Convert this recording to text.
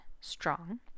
strong